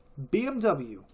BMW